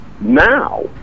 now